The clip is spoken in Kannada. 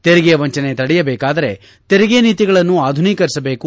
ತೆರಿಗೆ ವಂಚನೆ ತಡೆಯಬೇಕಾದರೆ ತೆರಿಗೆ ನೀತಿಗಳನ್ನು ಆಧುನೀಕರಿಸಬೇಕು